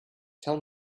tell